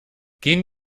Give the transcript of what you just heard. gehen